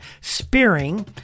spearing